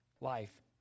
life